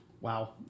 Wow